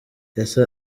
ese